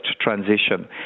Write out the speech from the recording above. transition